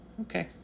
Okay